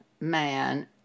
man